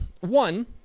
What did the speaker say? One